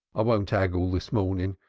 won't aggle this mornen.